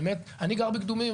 אני גר בקדומים,